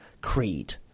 creed